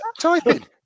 typing